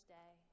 day